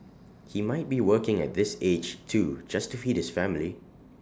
he might be working at this age too just to feed his family